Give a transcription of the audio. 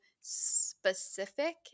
specific